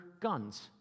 guns